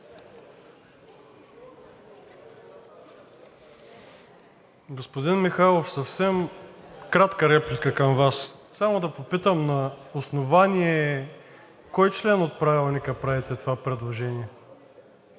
Господин Михайлов, съвсем кратка реплика към Вас. Само да попитам на основание кой член от Правилника правите това предложение?